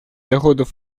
доходов